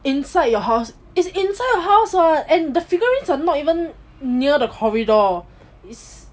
inside your house is inside your house [what] and the figurines are not even near the corridor it's